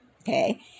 okay